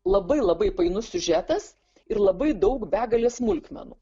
labai labai painus siužetas ir labai daug begalė smulkmenų